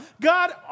God